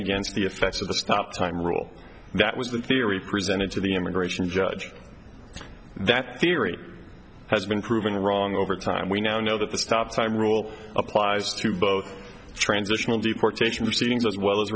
against the effects of the stop time rule that was the theory presented to the immigration judge that theory has been proven wrong over time we now know that the stop sign rule applies to both transitional deportation proceedings as well as